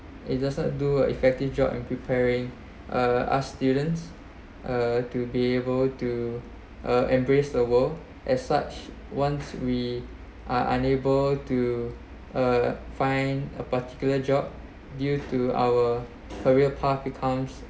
it does not do a effective job and preparing uh ask students uh to be able to uh embrace the world as such once we are unable to uh find a particular job due to our career path becomes